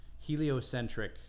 heliocentric